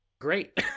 great